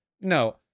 No